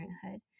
parenthood